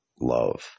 love